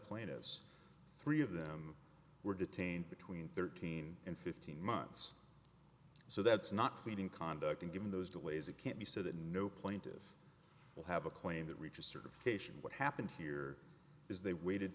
plaintiffs three of them were detained between thirteen and fifteen months so that's not ceding conduct and given those delays it can't be said that no plaintive will have a claim that reaches certification what happened here is they waited